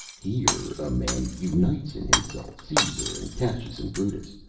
here a man unites in himself caesar and cassius and brutus,